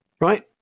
right